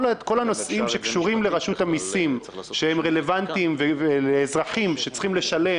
כל הנושאים שקשורים לרשות המיסים שהם רלוונטיים לאזרחים שצריכים לשלם,